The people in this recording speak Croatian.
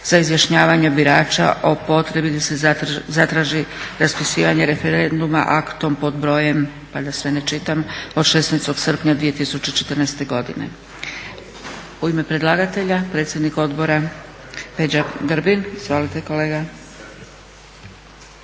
za izjašnjavanje birača o potrebi da se zatraži raspisivanje referenduma aktom pod brojem, da sve ne čitam od 16. srpnja 2014. godine. U ime predlagatelja predsjednik Odbora Peđa Grbin. Izvolite kolega.